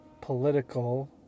political